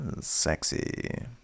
sexy